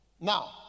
Now